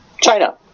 China